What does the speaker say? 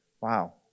Wow